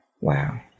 Wow